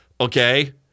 okay